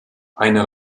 eine